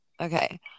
Okay